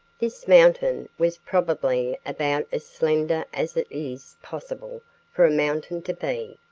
this mountain was probably about as slender as it is possible for a mountain to be.